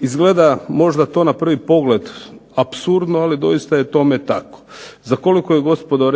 Izgleda možda to na prvi pogled apsurdno, ali doista je tome tako, za koliko je gospodo